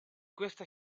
questa